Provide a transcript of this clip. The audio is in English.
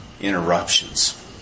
interruptions